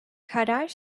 karar